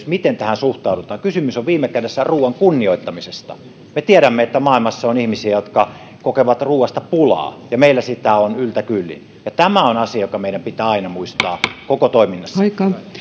miten tähän suhtaudutaan kysymys on viime kädessä ruuan kunnioittamisesta me tiedämme että maailmassa on ihmisiä jotka kokevat ruuasta pulaa ja meillä sitä on yltä kyllin tämä on asia joka meidän pitää aina muistaa koko toiminnassamme